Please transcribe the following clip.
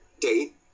date